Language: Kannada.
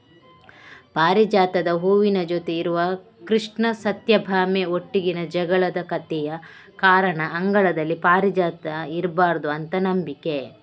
ಪಾರಿಜಾತದ ಹೂವಿನ ಜೊತೆ ಇರುವ ಕೃಷ್ಣ ಸತ್ಯಭಾಮೆ ಒಟ್ಟಿಗಿನ ಜಗಳದ ಕಥೆಯ ಕಾರಣ ಅಂಗಳದಲ್ಲಿ ಪಾರಿಜಾತ ಇರ್ಬಾರ್ದು ಅಂತ ನಂಬಿಕೆ